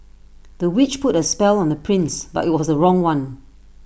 the witch put A spell on the prince but IT was the wrong one